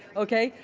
okay?